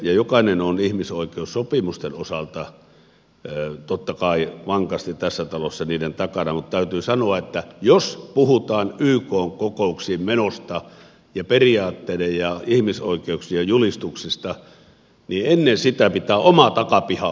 jokainen on ihmisoikeussopimusten osalta totta kai vankasti tässä talossa niiden takana mutta täytyy sanoa että jos puhutaan ykn kokouksiin menosta ja periaatteiden ja ihmisoikeuksien julistuksesta niin ennen sitä pitää oman takapihan olla kunnossa